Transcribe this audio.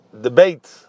debate